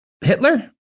Hitler